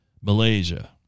Malaysia